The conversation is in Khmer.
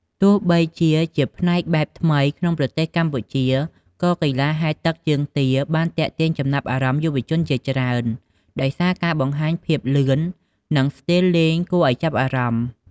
ទោះបីជាជាផ្នែកបែបថ្មីក្នុងប្រទេសកម្ពុជា ក៏កីឡាហែលទឹកជើងទាបានទាក់ទាញចំណាប់អារម្មណ៍យុវជនជាច្រើន ដោយសារការបង្ហាញភាពលឿន និងស្ទីលលេងគួរឱ្យចាប់អារម្មណ៍។